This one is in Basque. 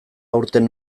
aurten